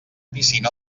piscina